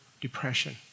depression